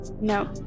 No